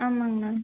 ஆமாம்ங்கண்ணா